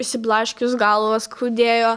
išsiblaškius galvą skaudėjo